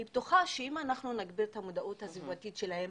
אני בטוחה שאם נגביר את המודעות הסביבתית שלהם,